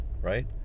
Right